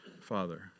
Father